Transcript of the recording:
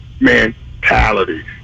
mentality